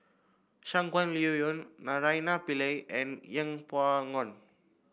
Shangguan Liuyun Naraina Pillai and Yeng Pway Ngon